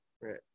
Right